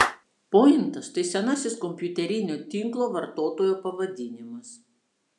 pointas tai senasis kompiuterinio tinklo vartotojo pavadinimas